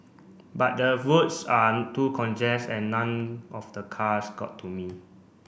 but the roads are too congest and none of the cars got to me